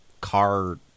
car